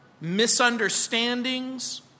misunderstandings